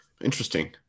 interesting